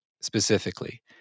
specifically